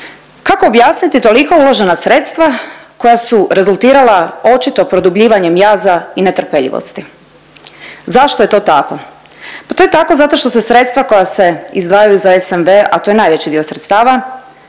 Kako objasniti toliko uložena sredstva koja su rezultirala očito produbljivanjem jaza i netrpeljivosti? Zašto je to tako? Pa to je tako zato što se sredstva koja se izdvajaju za SVN, a to je najveći dio sredstava